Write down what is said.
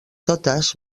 totes